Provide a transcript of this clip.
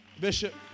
Bishop